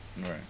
Right